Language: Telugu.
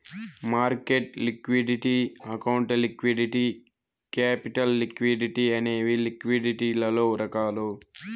market liquidity account liquidity capital liquidity అనేవి లిక్విడిటీలలో రకాలు